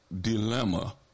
dilemma